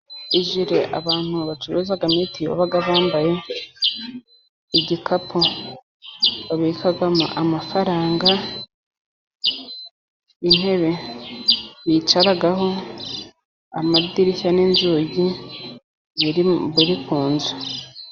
Ijire abantu bacuruza mitiyu baba bambaye, igikapu babikamo amafaranga intebe bicaraho, amadirishya n'inzugi biri kunzu.